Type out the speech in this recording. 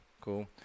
Cool